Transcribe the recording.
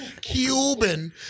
Cuban